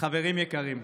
חברים יקרים: